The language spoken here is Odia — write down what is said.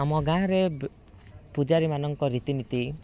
ଆମ ଗାଁରେ ପୂଜାରୀ ମାନଙ୍କ ରୀତିନୀତି